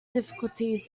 difficulties